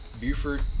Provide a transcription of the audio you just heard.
Buford